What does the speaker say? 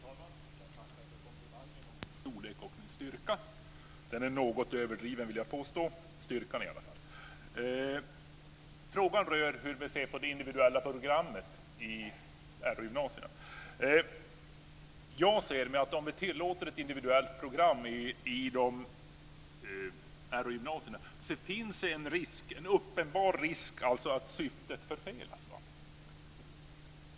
Fru talman! Jag tackar för komplimangen om min storlek och min styrka. Den är något överdriven vill jag påstå, i alla fall styrkan. Frågan rör hur vi ser på det individuella programmet vid Rh-gymnasierna. Jag anser att om vi tillåter ett individuellt program vid Rh-gymnasierna finns en uppenbar risk att syftet förfelas.